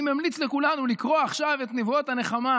אני ממליץ לכולנו לקרוא עכשיו את נבואות הנחמה